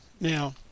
Now